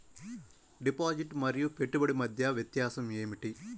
Deposit మరియు పెట్టుబడి మధ్య వ్యత్యాసం ఏమిటీ?